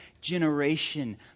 generation